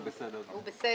הוא בסדר.